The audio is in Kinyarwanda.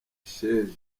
sheja